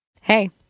Hey